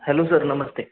hello sir Namaste